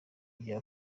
bya